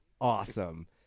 Awesome